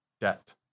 debt